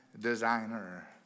designer